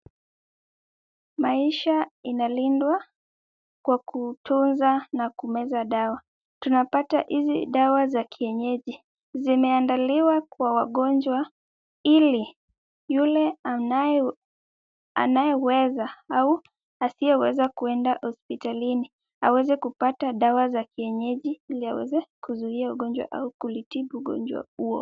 Maisha inalindwa kwa kutunza na kumeza dawa. Tunapata hizi dawa za kienyeji zimeandaliwa kwa wagonjwa ili yule anayeweza au asiyeweza kuenda hospitalini, aweze kupata dawa za kienyeji ili aweze kuzuia ugonjwa au kulitibu ugonjwa huo.